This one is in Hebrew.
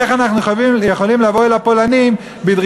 איך אנחנו יכולים לבוא אל הפולנים בדרישה?